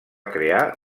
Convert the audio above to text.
crear